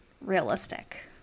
realistic